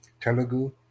Telugu